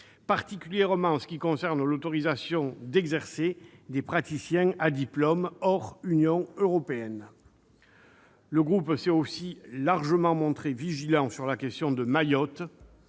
particulièrement en ce qui concerne l'autorisation d'exercer des praticiens à diplôme hors Union européenne. Le groupe s'est par ailleurs montré vigilant sur la question de Mayotte,